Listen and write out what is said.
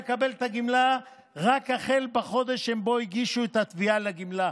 לקבל את הגמלה רק החל בחודש שבו הם הגישו את התביעה לגמלה.